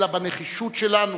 אלא בנחישות שלנו,